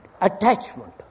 attachment